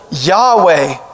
Yahweh